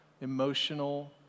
emotional